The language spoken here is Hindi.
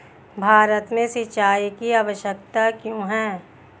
भारत में सिंचाई की आवश्यकता क्यों है?